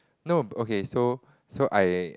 no okay so so I